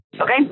Okay